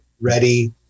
ready